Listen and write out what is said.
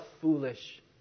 foolish